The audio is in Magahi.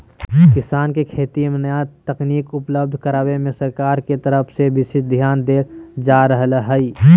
किसान के खेती मे नया तकनीक उपलब्ध करावे मे सरकार के तरफ से विशेष ध्यान देल जा रहल हई